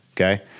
okay